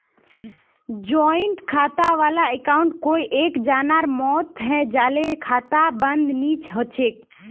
joint खाता वाला अकाउंटत कोई एक जनार मौत हैं जाले खाता बंद नी हछेक